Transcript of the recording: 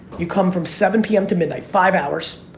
you come from seven p m. to midnight, five hours,